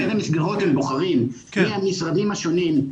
אילו מסגרות הם בוחרים מן המשרדים השונים,